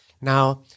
Now